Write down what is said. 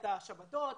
את השבתות.